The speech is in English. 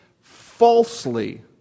falsely